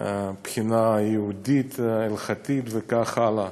הבחינה היהודית-הלכתית וכך הלאה.